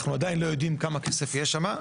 אנחנו עדיין לא יודעים כמה כסף יש שם,